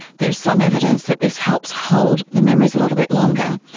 there is some evidence that this helps hold the memories a little bit longer.